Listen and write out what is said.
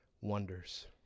wonders